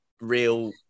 real